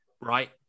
Right